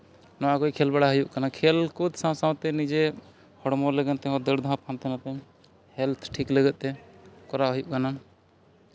ᱱᱚᱣᱟ ᱠᱚ ᱠᱷᱮᱞ ᱵᱟᱲᱟ ᱦᱩᱭᱩᱜ ᱠᱟᱱᱟ ᱠᱷᱮᱞ ᱠᱚ ᱥᱟᱶ ᱥᱟᱶᱛᱮ ᱱᱤᱡᱮ ᱦᱚᱲᱢᱚ ᱞᱟᱹᱜᱤᱫ ᱛᱮᱦᱚᱸ ᱫᱟᱹᱲ ᱫᱷᱟᱯ ᱦᱟᱱᱛᱮ ᱱᱟᱛᱮ ᱦᱮᱞᱛᱷ ᱴᱷᱤᱠ ᱞᱟᱹᱜᱤᱫᱛᱮ ᱠᱚᱨᱟᱣ ᱦᱩᱭᱩᱜ ᱠᱟᱱᱟ